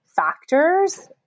factors